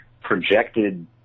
projected